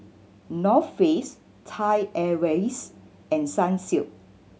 North Face Thai Airways and Sunsilk